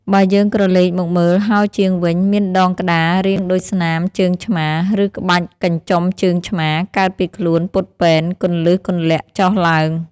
បើយើងក្រឡេកមកមើលហោជាងវិញ មានដងក្តាររាងដូចស្នាមជើងឆ្មារ ឬក្បាច់កញ្ចុំជើងឆ្មារ កើតពីខ្លួនពត់ពែន គន្លឹះគន្លាក់ចុះឡើង។